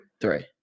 Three